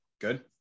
Good